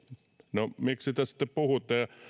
no miksi te sitten puhuitte